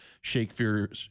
Shakespeare